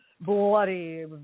bloody